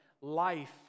life